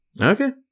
Okay